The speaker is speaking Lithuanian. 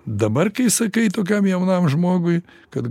dabar kai sakai tokiam jaunam žmogui kad